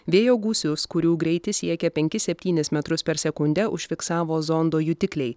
vėjo gūsius kurių greitis siekia penkis septynis metrus per sekundę užfiksavo zondo jutikliai